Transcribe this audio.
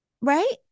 Right